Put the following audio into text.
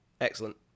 excellent